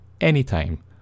anytime